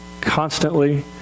constantly